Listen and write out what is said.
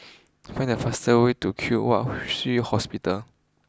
find the fastest way to Kwong Wai Shiu Hospital